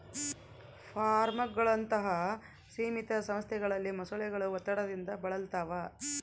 ಫಾರ್ಮ್ಗಳಂತಹ ಸೀಮಿತ ಸ್ಥಳಗಳಲ್ಲಿ ಮೊಸಳೆಗಳು ಒತ್ತಡದಿಂದ ಬಳಲ್ತವ